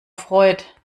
freut